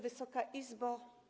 Wysoka Izbo!